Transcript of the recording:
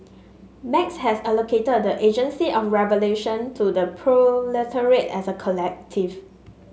Marx had allocated the agency of revolution to the proletariat as a collective